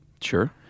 Sure